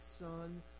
Son